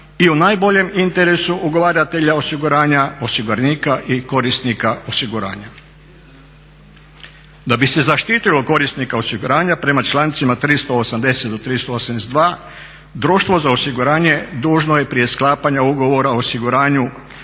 i u najboljem interesu ugovaratelja osiguranja osiguranika i korisnika osiguranja. Da bi se zaštitilo korisnika osiguranja prema člancima 380. do 382. društvo za osiguranje dužno je prije sklapanja ugovora o osiguranju